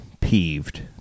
peeved